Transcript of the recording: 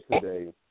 today